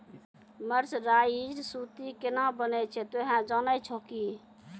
mercerised सूती केना बनै छै तोहों जाने छौ कि